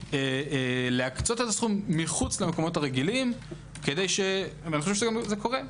להקצות את הסכום מחוץ למקומות הרגילים כדי - וזה קורה.